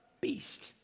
beast